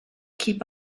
keep